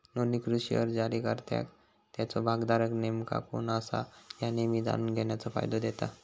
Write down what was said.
नोंदणीकृत शेअर्स जारीकर्त्याक त्याचो भागधारक नेमका कोण असा ह्या नेहमी जाणून घेण्याचो फायदा देता